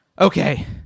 okay